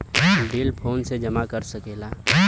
bill फोने से जमा कर सकला